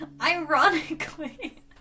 Ironically